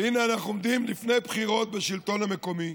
והינה אנחנו עומדים לפני בחירת בשלטון המקומי,